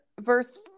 verse